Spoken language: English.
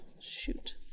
shoot